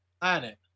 planet